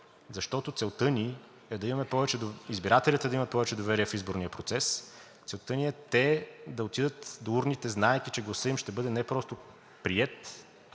защото целта ни е избирателите да имат повече доверие в изборния процес. Целта ни е те да отидат до урните, знаейки, че гласът им ще бъде не просто приет,